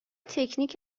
تکنیک